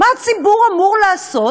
מה הציבור אמור לעשות